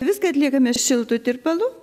viską atliekame šiltu tirpalu